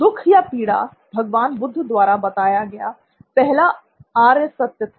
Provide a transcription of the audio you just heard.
दुख या पीड़ा भगवान बुद्ध द्वारा बताया गया पहला आर्य सत्य था